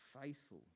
faithful